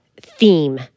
theme